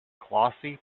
glossy